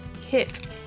hit